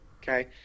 okay